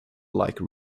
like